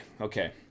Okay